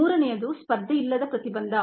ಮೂರನೆಯದು ಸ್ಪರ್ಧೆಯಿಲ್ಲದ ಪ್ರತಿಬಂಧ